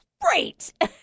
great